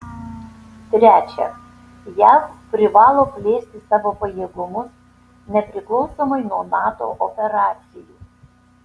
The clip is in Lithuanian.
trečia jav privalo plėsti savo pajėgumus nepriklausomai nuo nato operacijų